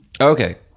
Okay